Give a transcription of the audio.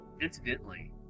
incidentally